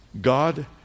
God